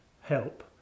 help